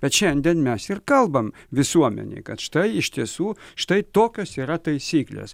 bet šiandien mes ir kalbam visuomenei kad štai iš tiesų štai tokios yra taisyklės